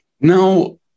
Now